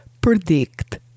Predict